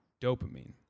dopamine